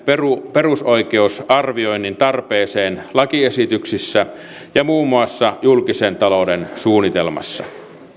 perusoikeusarvioinnin tarpeeseen lakiesityksissä ja muun muassa julkisen talouden suunnitelmassa